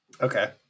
Okay